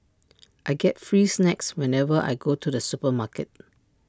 I get free snacks whenever I go to the supermarket